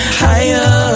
higher